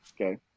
Okay